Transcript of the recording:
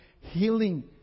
healing